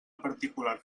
particular